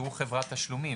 שהוא חברת תשלומים.